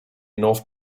north